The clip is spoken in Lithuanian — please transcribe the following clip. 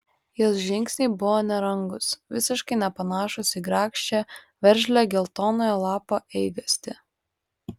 jos žingsniai buvo nerangūs visiškai nepanašūs į grakščią veržlią geltonojo lapo eigastį